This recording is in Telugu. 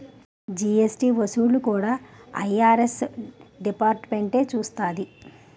జీఎస్టీ వసూళ్లు కూడా ఐ.ఆర్.ఎస్ డిపార్ట్మెంటే చూస్తాది